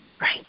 Right